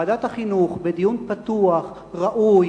ועדת החינוך, בדיון פתוח, ראוי,